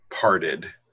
parted